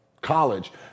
college